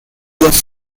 was